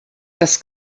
das